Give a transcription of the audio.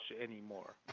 anymore